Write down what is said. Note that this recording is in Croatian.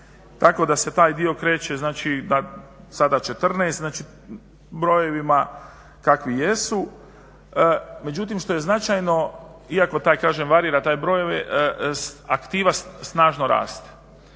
tako da se taj dio kreće znači da sada 14 brojevima kakvi jesu. Međutim, što je značajno iako taj kažem varira taj broj aktiva snažno raste